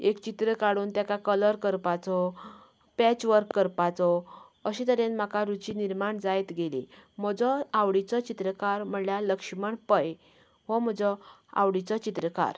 एक चित्र काडून तेका कलर करपाचो पॅच वर्क करपाचो अशें तरेन म्हाका रूची निर्माण जायत गेली म्हजो आवडीचो चित्रकार म्हणल्यार लक्ष्मण पै हो म्हजो आवडीचो चित्रकार